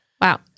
Wow